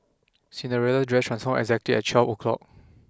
Cinderella's dress transformed exactly at twelve o'clock